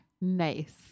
nice